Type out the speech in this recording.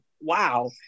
wow